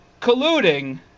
colluding